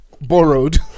borrowed